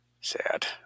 Sad